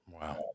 Wow